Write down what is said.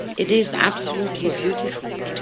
it is absolutely beautiful.